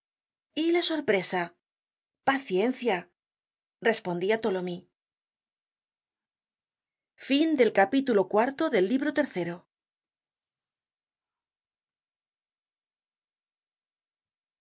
y la sorpresa justamente ha llegado el momento respondió tholomyes